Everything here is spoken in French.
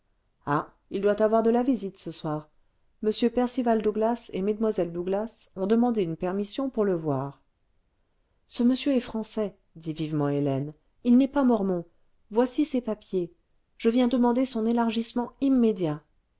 ah il doit avoir de la visite ce soir m percival douglas et mues douglas ont demandé une permission pour le voir ce monsieur est français dit vivement hélène il n'est pas mormon voici ses papiers je viens demander son élargissement immédiat